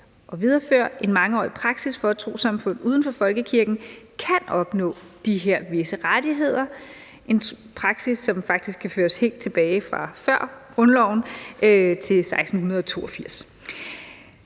og videreføre en mangeårig praksis for, at trossamfund uden for folkekirken kan opnå de her særlige rettigheder – en praksis, som faktisk kan føres helt tilbage fra før grundloven, nemlig til 1682.